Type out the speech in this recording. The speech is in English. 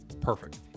Perfect